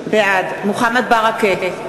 בעד מוחמד ברכה,